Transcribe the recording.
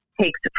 takes